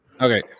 Okay